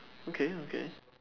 okay okay